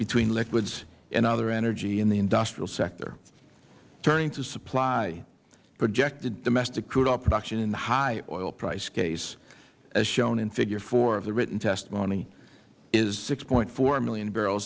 between liquids and other energy in the industrial sector turning to supply projected domestic crude oil production in the high oil price case as shown in figure four of the written testimony is six point four million barrels